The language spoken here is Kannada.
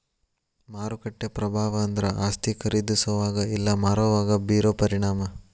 ಮಾರುಕಟ್ಟೆ ಪ್ರಭಾವ ಅಂದ್ರ ಆಸ್ತಿ ಖರೇದಿಸೋವಾಗ ಇಲ್ಲಾ ಮಾರೋವಾಗ ಬೇರೋ ಪರಿಣಾಮ